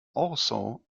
also